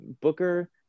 Booker